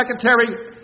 secretary